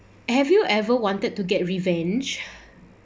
have you ever wanted to get revenge